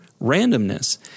randomness